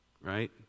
right